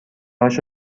هاشو